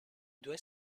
due